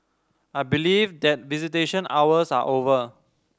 I believe that visitation hours are over